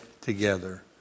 together